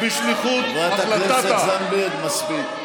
אין לך רוב, חברת הכנסת זנדברג, מספיק.